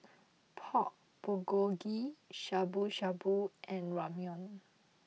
Pork Bulgogi Shabu Shabu and Ramyeon